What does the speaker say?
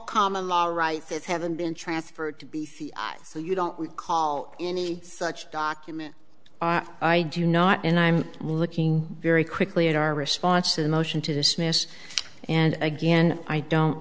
common law right that haven't been transferred to be so you don't recall any such document i do not and i'm looking very quickly at our response to the motion to dismiss and again i don't